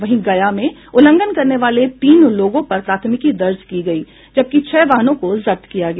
वहीं गया में उल्लंघन करने वाले तीन लोगों पर प्राथमिकी दर्ज की गयी जबकि छह वाहनों को जब्त किया गया